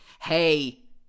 Hey